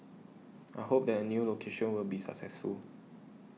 I hope that a new location will be successful